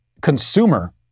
consumer